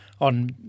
on